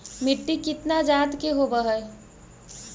मिट्टी कितना जात के होब हय?